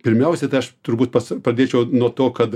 pirmiausia tai aš turbūt pas pradėčiau nuo to kad